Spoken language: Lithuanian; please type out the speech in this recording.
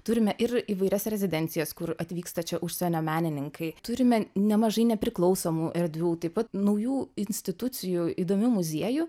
turime ir įvairias rezidencijas kur atvyksta čia užsienio menininkai turime nemažai nepriklausomų erdvių taip pat naujų institucijų įdomių muziejų